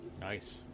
Nice